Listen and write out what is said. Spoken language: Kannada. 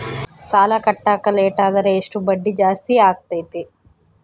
ಸಾಲ ಕಟ್ಟಾಕ ಲೇಟಾದರೆ ಎಷ್ಟು ಬಡ್ಡಿ ಜಾಸ್ತಿ ಆಗ್ತೈತಿ?